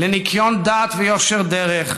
לניקיון דעת ויושר דרך,